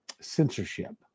censorship